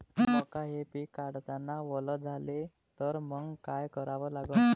मका हे पिक काढतांना वल झाले तर मंग काय करावं लागन?